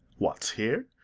what's here?